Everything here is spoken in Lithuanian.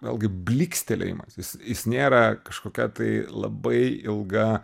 vėlgi blykstelėjimas jis jis nėra kažkokia tai labai ilga